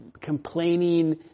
complaining